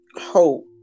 hope